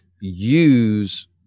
Use